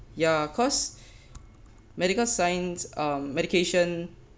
ya cause medical science um medication